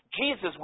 Jesus